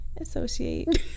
associate